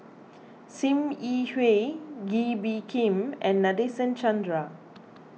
Sim Yi Hui Kee Bee Khim and Nadasen Chandra